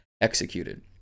executed